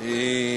תודה.